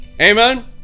Amen